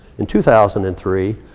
in two thousand and three,